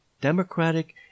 democratic